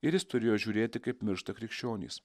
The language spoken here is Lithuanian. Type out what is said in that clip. ir jis turėjo žiūrėti kaip miršta krikščionys